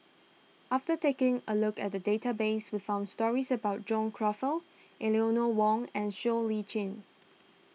after taking a look at the database we found stories about John Crawfurd Eleanor Wong and Siow Lee Chin